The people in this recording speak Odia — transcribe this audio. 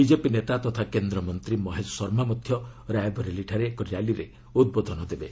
ବିଜେପି ନେତା ତଥା କେନ୍ଦ୍ରମନ୍ତ୍ରୀ ମହେଶ ଶର୍ମା ମଧ୍ୟ ରାଏବରେଲୀରେ ଏକ ର୍ୟାଲିରେ ଉଦ୍ବୋଧନ ଦେବେ